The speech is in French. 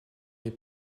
les